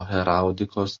heraldikos